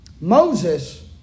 Moses